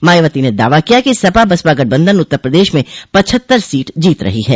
मायावती ने दावा किया कि सपा बसपा गठबन्धन उत्तर प्रदेश में पछत्तर सीट जीत रही है